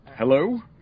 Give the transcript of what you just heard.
Hello